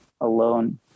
alone